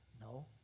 No